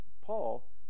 Paul